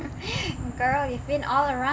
girl you've been all around